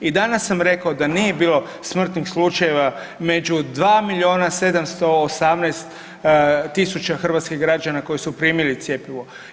I danas sam rekao da nije bilo smrtnih slučajeva među 2 milijuna 718 tisuća hrvatskih građana koji su primili cjepivo.